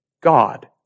God